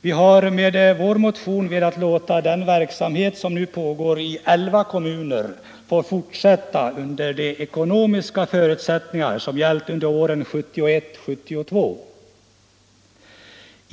Vi har med vår motion velat låta den verksamhet som nu pågår i 11 kommuner få fortsätta under de ekonomiska förutsättningar som gällt under åren 1971 73.